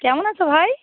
কেমন আছ ভাই